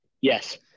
Yes